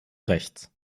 rechts